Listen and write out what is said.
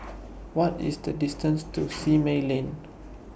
What IS The distance to Simei Lane